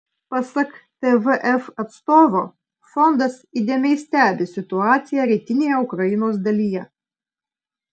pasak tvf atstovo fondas įdėmiai stebi situaciją rytinėje ukrainos dalyje